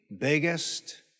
biggest